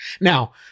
Now